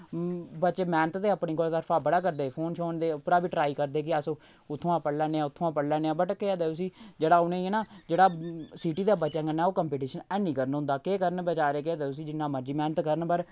बच्चे मैह्नत ते अपनी कोला तरफा बड़ा करदे फोन शोन दे उप्परा बी ट्राई करदे कि अस उत्थुआं पढ़ी लैन्ने आं उत्थुआं पढ़ी लैन्ने आं बट केह् आखदे उस्सी जेह्ड़ा उ'नें गी हैना जेह्ड़ा सिटी दे बच्चें कन्नै ओह् कम्पिटीशन हैनी करन होंदा केह् करन बचारे केह् आखदे उस्सी जिन्ना मर्जी मेह्नत करन पर